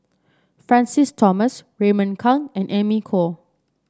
Francis Thomas Raymond Kang and Amy Khor